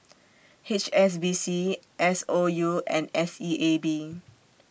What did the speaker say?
H S B C S O U and S E A B